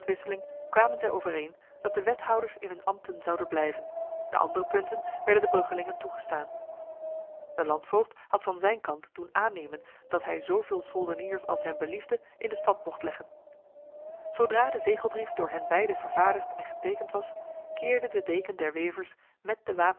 kwamen zij overeen dat de wethouders in hun ambten zouden blijven de andere punten werden de bruggelingen toegestaan de landvoogd had van zijn kant doen aannemen dat hij zoveel soldeniers als hem beliefde in de stad mocht leggen zodra de zegelbrief door hen beide vervaardigd en getekend was keerde de deken der wevers met de